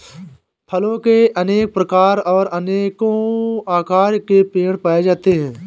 फलों के अनेक प्रकार और अनेको आकार के पेड़ पाए जाते है